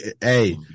Hey